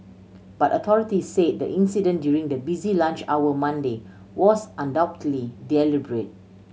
but authorities said the incident during the busy lunch hour Monday was undoubtedly deliberate